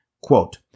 Quote